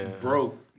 broke